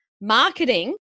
marketing